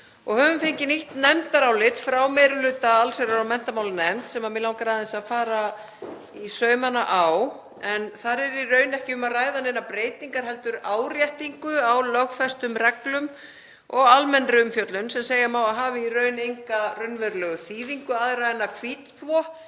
og höfum fengið nýtt nefndarálit frá meiri hluta allsherjar- og menntamálanefndar sem mig langar aðeins að fara í saumana á, en þar er í raun ekki um að ræða neinar breytingar heldur áréttingu á lögfestum reglum og almennri umfjöllun sem segja má að hafi í raun enga raunverulega þýðingu aðra en að hvítþvo